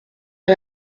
pas